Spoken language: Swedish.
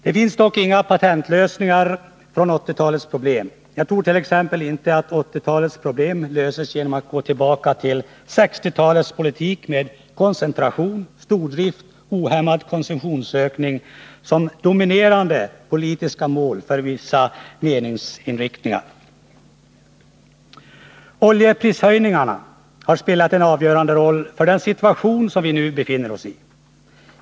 Det finns dock inga patentlösningar på 1980-talets problem. Jag tror t.ex. inte att 1980-talets problem löses genom att vi går tillbaka till 1960-talets politik med koncentration, stordrift och ohämmad konsumtionsökning som dominerande politiska mål för vissa meningsriktningar. Oljeprishöjningarna har spelat en avgörande roll för den situation som vi nu befinner oss i.